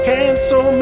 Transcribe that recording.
Cancel